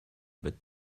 but